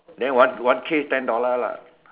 then one one case ten dollar lah